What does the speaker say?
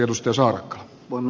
no ehkä ei